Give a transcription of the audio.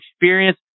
experience